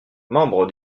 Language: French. membre